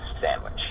sandwich